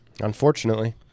Unfortunately